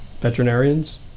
veterinarians